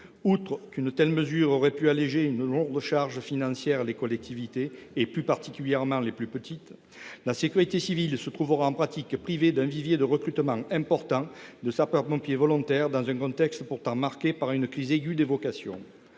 Outre qu'une telle mesure aurait pu alléger la lourde charge financière supportée par les collectivités, et particulièrement par les plus petites, la sécurité civile se trouvera en pratique privée d'un vivier de recrutement important de sapeurs-pompiers volontaires dans un contexte pourtant marqué par une crise aiguë des vocations.